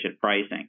pricing